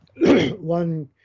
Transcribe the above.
One